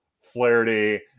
Flaherty